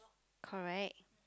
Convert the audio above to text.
correct